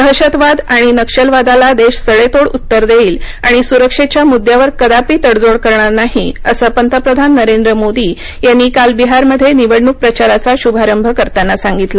दहशतवाद आणि नक्षलवादाला देश सडेतोड उत्तर देईल आणि सुरक्षेच्या मुद्यावर कदापि तडजोड करणार नाही असं पंतप्रधान नरेंद्र मोदी यांनी काल बिहारमध्ये निवडणूक प्रचाराचा शुभारंभ करताना सांगितलं